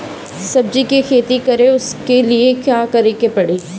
सब्जी की खेती करें उसके लिए का करिके पड़ी?